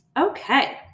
okay